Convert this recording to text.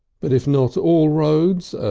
but if not all roads,